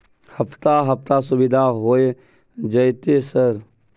हफ्ता हफ्ता सुविधा होय जयते सर?